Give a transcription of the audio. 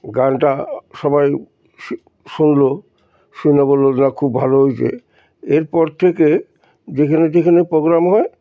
গানটা সবাই শুনলো শুনে বললো না খুব ভালো হয়েছে এরপর থেকে যেখানে যেখানে প্রোগ্রাম হয়